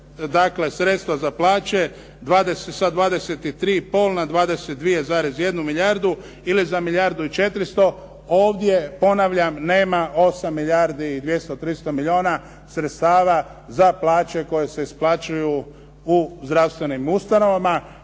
sredstva za plaće sa 23,5 na 22,1 milijardu ili za milijardu i 400. Ovdje ponavljam, nema 8 milijardi i 200, 300 milijuna sredstava za plaće koje se isplaćuju u zdravstvenim ustanovama.